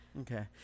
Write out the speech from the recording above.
Okay